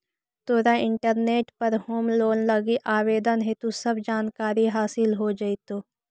तोरा इंटरनेट पर home loan लागी आवेदन हेतु सब जानकारी हासिल हो जाएतो